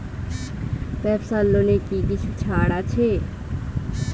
ব্যাবসার লোনে কি কিছু ছাড় আছে?